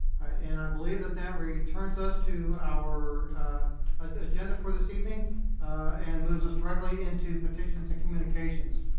and i believe that that returns us to our agenda for this evening and moves us directly into petitions and communications.